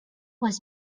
was